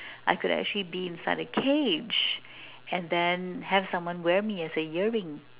I could actually be inside a cage and then have someone wear me as a earring